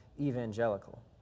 evangelical